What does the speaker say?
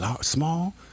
small